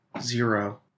Zero